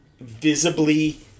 visibly